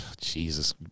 Jesus